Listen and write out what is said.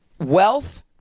wealth